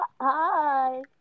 hi